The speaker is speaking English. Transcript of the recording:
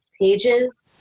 pages